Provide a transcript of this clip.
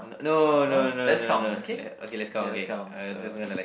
no no no no no okay let's count okay I just gonna like